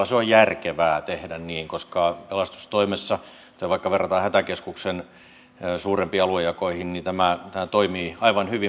se on järkevää tehdä niin koska pelastustoimessa jota vaikka verrataan hätäkeskuksen suurempiin aluejakoihin tämä toimii aivan hyvin